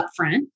upfront